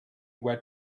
where